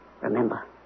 remember